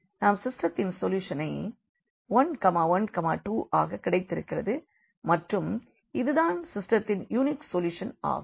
நமது சிஸ்டெத்தின் சொல்யூஷனை 112 ஆக கிடைத்திருக்கிறது மற்றும் இது தான் சிஸ்டெத்தின் யுனிக் சொல்யூஷன் ஆகும்